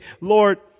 Lord